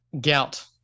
Gout